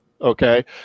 okay